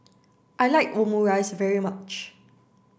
I like Omurice very much